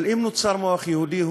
אבל אם נוצר מוח יהודי,